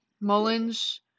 Mullins